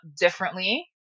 differently